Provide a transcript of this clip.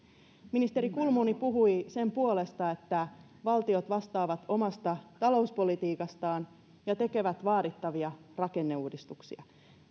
ministeri kulmuni puhui sen puolesta että valtiot vastaavat omasta talouspolitiikastaan ja tekevät vaadittavia rakenneuudistuksia